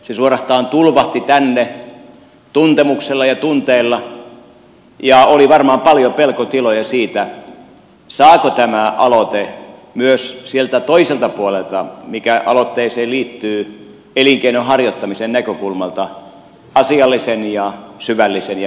se suorastaan tulvahti tänne tuntemuksella ja tunteella ja oli varmaan paljon pelkotiloja siitä saako tämä aloite myös sieltä toiselta puolelta mikä aloitteeseen liittyy elinkeinon harjoittamisen näkökulmalta asiallisen ja syvällisen ja perusteellisen keskustelun